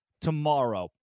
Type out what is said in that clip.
tomorrow